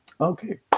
okay